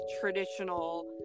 traditional